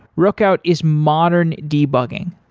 rookout is modern debugging.